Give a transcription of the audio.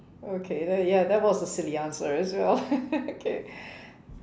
okay there ya that was a silly answer as well okay